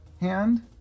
hand